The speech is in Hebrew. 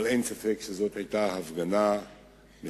אין ספק שזאת היתה הפגנה מכובדת